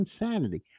insanity